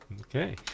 okay